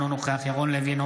אינו נוכח ירון לוי,